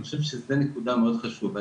ואני חושב שזו נקודה מאוד חשובה.